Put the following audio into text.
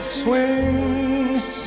swings